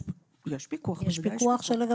יש דברים שלמשל